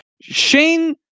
Shane